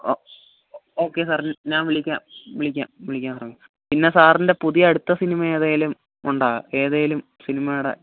ഓ okay sir ഞാൻ വിളിക്കാം വിളിക്കാം വിളിക്കാം സാർ പിന്നെ സാറിൻ്റെ പുതിയ അടുത്ത സിനിമ ഏതെങ്കിലും ഉണ്ടോ ഏതേലും സിനിമയുടെ